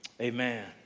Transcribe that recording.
amen